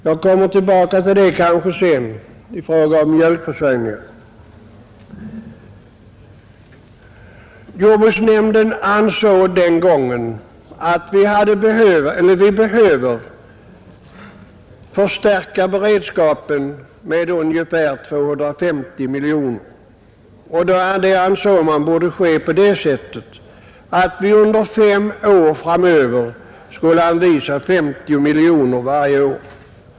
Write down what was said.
Jag kommer kanske tillbaka till detta senare i fråga om mjölkförsörjningen. Jordbruksnämnden ansåg den gången att vi behöver förstärka beredskapen med ungefär 250 miljoner kronor, och det borde ske på det sättet att vi under fem år framöver skulle anvisa 50 miljoner kronor varje år.